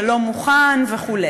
שלא מוכן וכו',